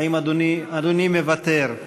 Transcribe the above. אדוני מוותר?